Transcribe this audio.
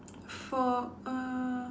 for err